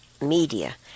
media